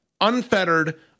unfettered